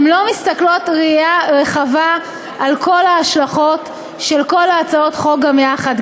הן לא מסתכלות בראייה רחבה על כל ההשלכות של כל הצעות החוק גם יחד.